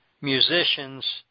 musicians